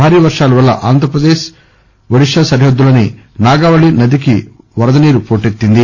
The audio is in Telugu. భారీ వర్షాల వల్ల ఆంధ్ర ఒడిశా సరిహద్దులోని నాగావళి నదికి వరద నీరు పోటెత్తింది